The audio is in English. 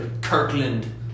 Kirkland